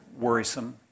worrisome